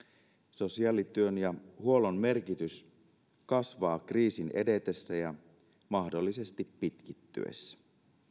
sosiaalityön ja huollon merkitys kasvaa kriisin edetessä ja mahdollisesti pitkittyessä